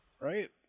Right